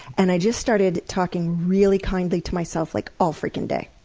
and i just started talking really kindly to myself, like all freaking day.